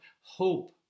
hope